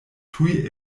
tuj